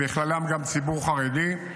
ובכללם גם ציבור חרדי.